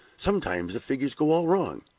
sometimes the figures go all wrong,